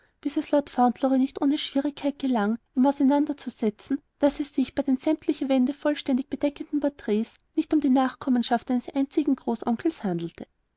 bis es lord fauntleroy nicht ohne schwierigkeit gelang ihm auseinander zu setzen daß es sich bei den sämtliche wände vollständig bedeckenden porträts nicht um die nachkommenschaft eines einzigen großonkels handle